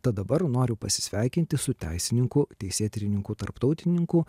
tad dabar noriu pasisveikinti su teisininku teisėtyrininku tarptautininku